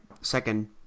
second